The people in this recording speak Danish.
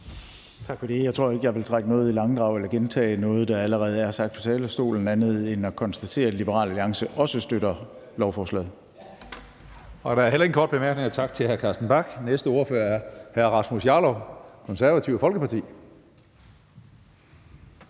Tak for det. Jeg tror ikke, jeg vil trække noget i langdrag eller gentage noget, der allerede er sagt fra talerstolen. Jeg vil bare konstatere, at Liberal Alliance også støtter lovforslaget. Kl. 19:20 Tredje næstformand (Karsten Hønge): Der er heller ingen korte bemærkninger. Tak til hr. Carsten Bach. Næste ordfører er hr. Rasmus Jarlov, Det Konservative Folkeparti.